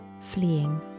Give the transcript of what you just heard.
fleeing